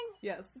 Yes